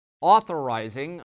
authorizing